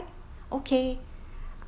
okay